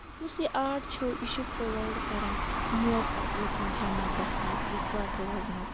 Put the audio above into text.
یُس یہِ آٹ چھُ یہِ چھُ پروایڈ کران اکھ موقہٕ لُکَن جَمع گژھنُک یِکہٕ وَٹہٕ روزنُک